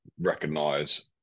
recognize